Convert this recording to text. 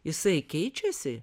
jisai keičiasi